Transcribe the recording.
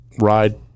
ride